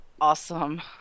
awesome